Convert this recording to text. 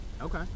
okay